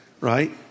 Right